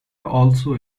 also